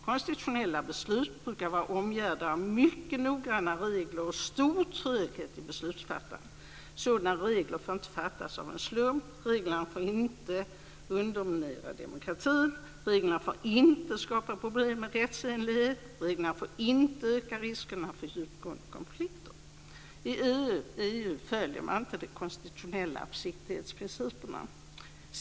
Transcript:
Konstitutionella beslut brukar vara omgärdade av mycket noggranna regler och stor tröghet i beslutsfattandet. Sådana regler får inte fastställas av en slump. Reglerna får inte underminera demokratin. Reglerna får inte skapa problem med rättsenligheten. Reglerna får inte öka riskerna för djupgående konflikter. I EU följer man inte de konstitutionella försiktighetspsprinciperna.